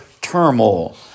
turmoil